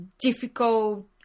difficult